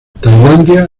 tailandia